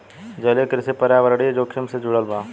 जलीय कृषि पर्यावरणीय जोखिम से जुड़ल बा